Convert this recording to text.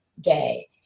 Day